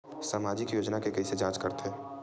सामाजिक योजना के कइसे जांच करथे?